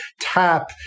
tap